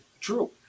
true